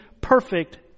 perfect